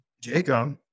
Jacob